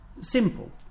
Simple